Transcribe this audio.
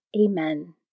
Amen